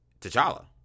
T'Challa